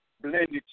blended